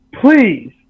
Please